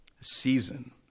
season